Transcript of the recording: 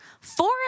four